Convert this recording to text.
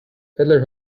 hitler